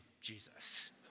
Jesus